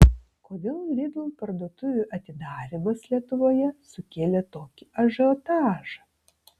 kodėl lidl parduotuvių atidarymas lietuvoje sukėlė tokį ažiotažą